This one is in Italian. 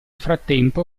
frattempo